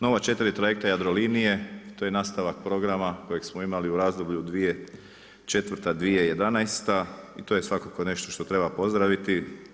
Nova 4 trajekta Jadrolinije, to je nastavak programa kojeg smo imali u razdoblju 2004.-2011., i to je svakako nešto što treba pozdraviti.